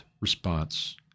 response